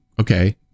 Okay